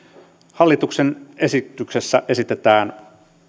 hallituksen esityksessä esitetään